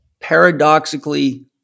paradoxically